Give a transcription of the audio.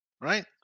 right